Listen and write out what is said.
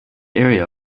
area